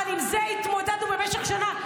אבל עם זה התמודדנו במשך שנה.